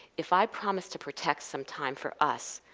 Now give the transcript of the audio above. if i promise to protect some time for us,